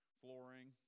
flooring